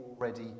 already